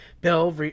Bill